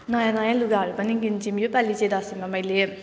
नयाँ नयाँ लुगाहरू पनि किन्छौँ यो पालि चाहिँ दसैँमा मैले